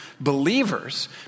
believers